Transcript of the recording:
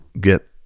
get